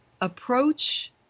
approach